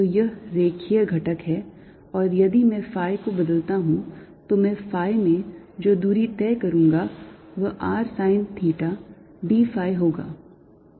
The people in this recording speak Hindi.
तो यह रेखीय घटक है और यदि मैं phi को बदलता हूं तो मैं phi में जो दूरी तय करूंगा वह r sine theta d phi होगा